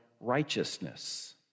righteousness